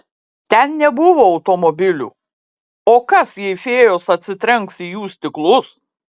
ten nebuvo automobilių o kas jei fėjos atsitrenks į jų stiklus